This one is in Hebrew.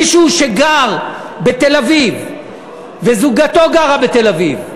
מישהו שגר בתל-אביב וזוגתו גרה בתל-אביב,